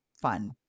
fun